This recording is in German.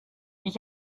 ich